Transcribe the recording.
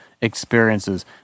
experiences